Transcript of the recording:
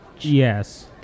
Yes